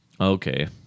okay